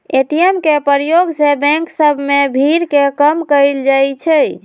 ATM के प्रयोग से बैंक सभ में भीड़ के कम कएल जाइ छै